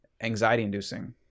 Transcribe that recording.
anxiety-inducing